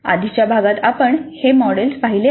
आधीच्या भागात आपण हे मॉडेल पाहिले आहे